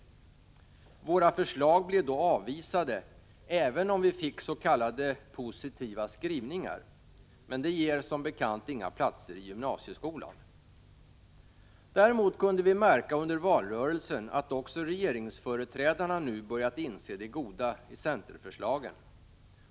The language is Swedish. Våra förslag blev då avvisade, även om vi fick s.k. positiva skrivningar. Men sådana ger som bekant inga platser i gymnasieskolan! Däremot kunde vi under valrörelsen märka att också regeringsföreträdarna nu börjat inse det goda i centerförslagen.